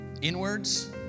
Inwards